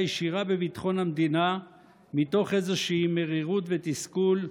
ישירה בביטחון המדינה מתוך איזושהי מרירות ותסכול,